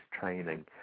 training